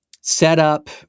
setup